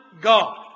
God